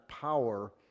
power